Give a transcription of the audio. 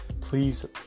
please